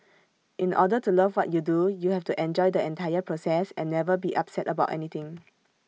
in order to love what you do you have to enjoy the entire process and never be upset about anything